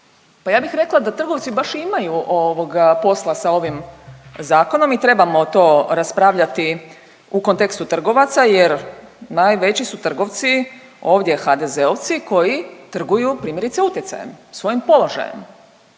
Pa ja bih rekla da trgovci baš i imaju posla sa ovim zakonom i trebamo to raspravljati u kontekstu trgovaca, jer najveći su trgovci ovdje HDZ-ovci koji trguju primjerice utjecajem, svojim položajem.